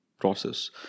process